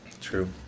True